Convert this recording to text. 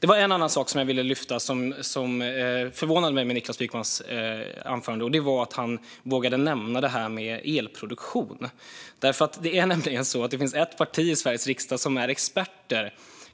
Det var en annan sak som jag ville lyfta och som förvånade mig med Niklas Wykmans anförande. Det var att han vågade nämna elproduktionen. Det finns nämligen ett parti i Sveriges riksdag som är expert,